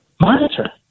monitor